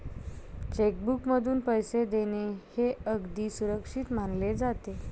check बुकमधून पैसे देणे हे अगदी सुरक्षित मानले जाते